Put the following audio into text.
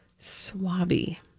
Swabby